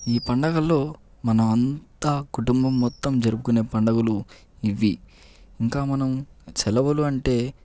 ఈ పండగల్లో మనం అంతా కుటుంబం మొత్తం జరుపుకునే పండుగలు ఇవి ఇంకా మనం సెలవులు అంటే